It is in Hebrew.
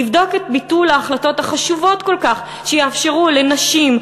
לבדוק את ביטול ההחלטות החשובות כל כך שיאפשרו לנשים,